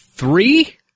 Three